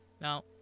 Now